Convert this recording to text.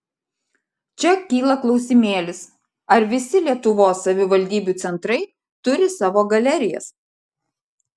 čia kyla klausimėlis ar visi lietuvos savivaldybių centrai turi savo galerijas